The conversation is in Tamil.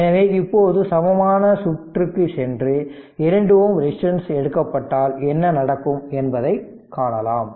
எனவே இப்போது சமமான சுற்றுக்கு சென்று 2 Ω ரெசிஸ்டன்ஸ் எடுக்கப்பட்டால் என்ன நடக்கும் என்பதை காணலாம்